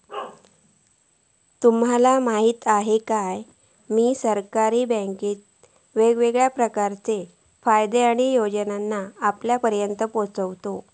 तुमका म्हायत आसा काय, की सरकारी बँके वेगवेगळ्या प्रकारचे फायदे आणि योजनांका आपल्यापर्यात पोचयतत